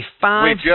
five